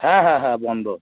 হ্যাঁ হ্যাঁ হ্যাঁ বন্ধ